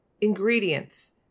ingredients